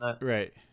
Right